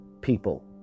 people